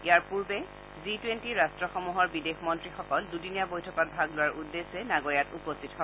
ইয়াৰ পূৰ্বে G twenty ৰট্টসমূহৰ বিদেশ মন্ত্ৰীসকল দুদিনীয়া বৈঠকত ভাগ লোৱাৰ উদ্দেশ্যে নায়োগাত উপস্থিত হয়